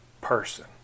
person